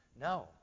No